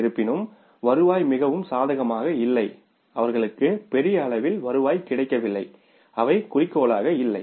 இருப்பினும் வருவாய் மிகவும் சாதகமாக இல்லை அவர்களுக்கு பெரிய அளவில் வருவாய் கிடைக்கவில்லை அவை குறிக்கோளாக இல்லை